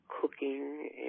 cooking